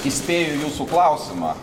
įspėju jūsų klausimą